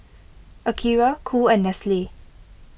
Akira Cool and Nestle